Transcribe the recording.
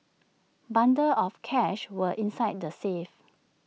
bundles of cash were inside the safe